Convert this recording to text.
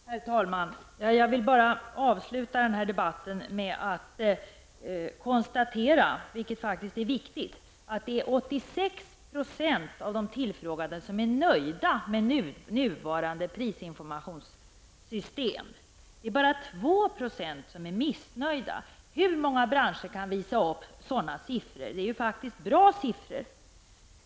Herr talman! Jag vill bara avsluta denna debatt med att konstatera, vilket faktiskt är viktigt, att det är 86 % av de tillfrågade som är nöjda med nuvarande prisinformationssystem. Det är bara 2 % som är missnöjda. Hur många branscher kan visa upp sådana siffror? Det är faktiskt bra siffror.